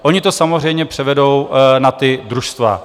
Oni to samozřejmě převedou na ta družstva.